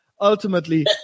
ultimately